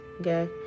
okay